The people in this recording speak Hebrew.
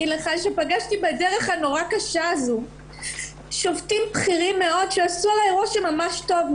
פגשתי בדרך הנורא קשה הזאת שופטים בכירים מאוד שעשו עליי רושם ממש טוב,